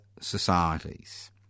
societies